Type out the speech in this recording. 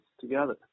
together